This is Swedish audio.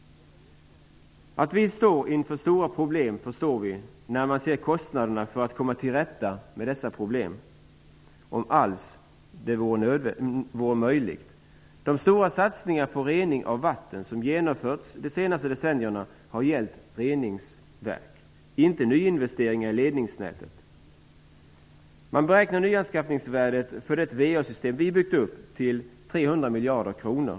Att vi står inför stora problem förstår vi när man ser kostnaderna för att komma till rätta med problemen -- om det alls är möjligt. De stora satsningar på rening av vatten som genomförts de senaste decennierna har gällt reningsverk - inte nyinvesteringar i ledningsnätet. Man beräknar nyanskaffningsvärdet för det VA-system som vi byggt upp till 300 miljarder kronor.